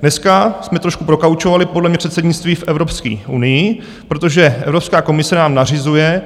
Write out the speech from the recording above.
Dneska jsme trošku prokaučovali podle mě předsednictví v Evropské unii, protože Evropská komise nám nařizuje